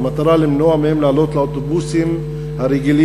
במטרה למנוע מהם לעלות לאוטובוסים הרגילים,